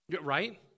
Right